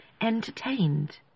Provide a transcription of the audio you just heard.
entertained